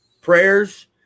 prayers